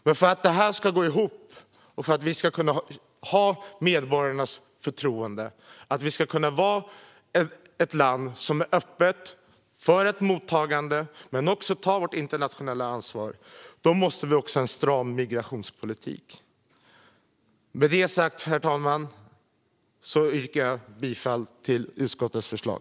Men för att det här ska gå ihop och för att vi ska kunna ha medborgarnas förtroende och vara ett land som är öppet för ett mottagande men också ta vårt internationella ansvar måste vi också ha en stram migrationspolitik. Herr talman! Jag yrkar bifall till utskottets förslag.